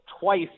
twice